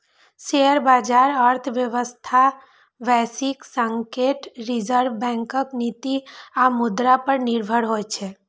share बाजार अर्थव्यवस्था, वैश्विक संकेत, रिजर्व बैंकक नीति आ मुद्रा पर निर्भर होइ छै